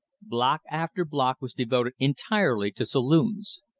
block after block was devoted entirely to saloons.